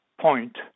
point